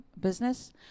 business